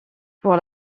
pour